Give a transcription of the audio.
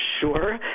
sure